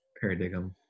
paradigm